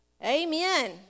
Amen